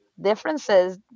differences